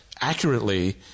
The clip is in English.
accurately